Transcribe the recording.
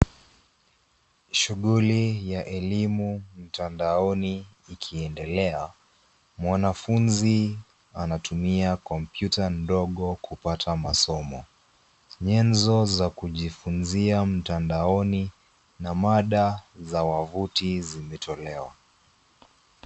Shughuli ya elimu mtandaoni ikiendelea. Mwanafunzi anatumia kompyuta ndogo kupata masomo. Nyezo za kujifunzia mtandaoni na mada za wavuti zimetolewa.